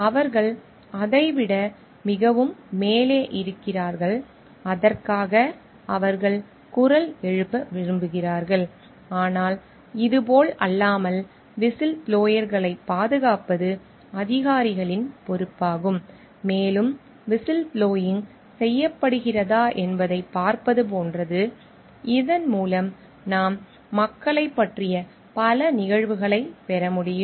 அவர்கள் அதைவிட மிகவும் மேலே இருக்கிறார்கள் அதற்காக அவர்கள் குரல் எழுப்ப விரும்புகிறார்கள் ஆனால் இது போலல்லாமல் விசில்ப்ளோயர்களைப் பாதுகாப்பது அதிகாரிகளின் பொறுப்பாகும் மேலும் விசில்ப்ளோயிங் செய்யப்படுகிறதா என்பதைப் பார்ப்பது போன்றது இதன் மூலம் நாம் மக்களைப் பற்றிய பல நிகழ்வுகளைப் பெற முடியும்